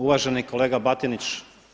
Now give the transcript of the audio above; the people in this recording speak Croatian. Uvaženi kolega Batinić.